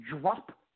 Drop